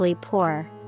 poor